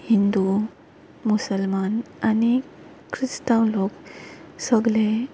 हिंदू मुसलमान आनीक क्रिस्तांव लोक सगले